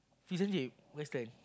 isn't she western